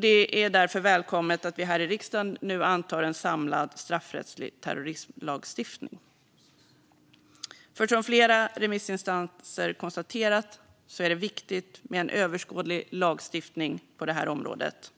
Det är därför välkommet att vi här i riksdagen nu antar en samlad straffrättslig terrorismlagstiftning. Precis som flera remissinstanser har konstaterat är det viktigt med en överskådlig lagstiftning på området.